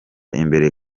imbere